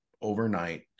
overnight